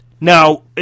Now